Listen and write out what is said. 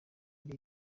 ari